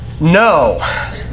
no